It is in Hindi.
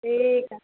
ठीक है